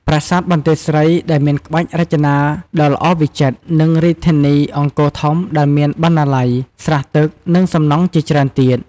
ប្រាសាទបន្ទាយស្រីដែលមានក្បាច់រចនាដ៏ល្អវិចិត្រ និងរាជធានីអង្គរធំដែលមានបណ្ណាល័យ ស្រះទឹក និងសំណង់ជាច្រើនទៀត។